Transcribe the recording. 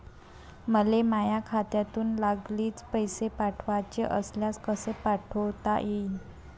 मले माह्या खात्यातून लागलीच पैसे पाठवाचे असल्यास कसे पाठोता यीन?